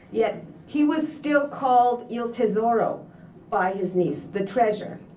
yet he was still called il tesoro by his niece the treasure.